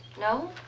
No